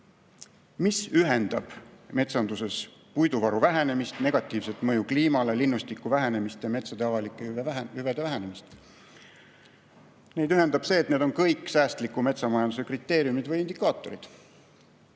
Mis ühendab metsanduses puiduvaru vähenemist, negatiivset mõju kliimale, linnustiku vähenemist ja metsade avalike hüvede vähenemist? Neid ühendab see, et need on kõik säästliku metsamajanduse kriteeriumid või indikaatorid.